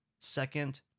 Second